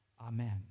Amen